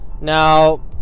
now